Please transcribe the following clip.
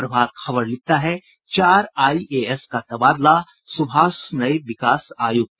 प्रभात खबर लिखता है चार आईएएस का तबादला सुभाष नये विकास आयुक्त